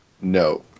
No